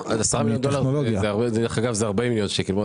10 מיליון דולר הם 40 מיליון שקלים.